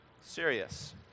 Serious